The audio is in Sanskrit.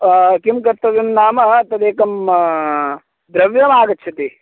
किं कर्तव्यं नाम तदेकं द्रव्यम् आगच्छति